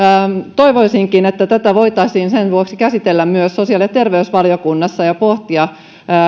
toivoisinkin että tätä voitaisiin sen vuoksi käsitellä myös sosiaali ja terveysvaliokunnassa ja pohtia